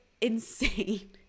insane